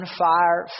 fire